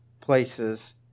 places